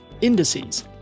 indices